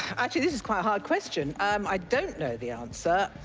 actually, this is quite a hard question. um i don't know the answer.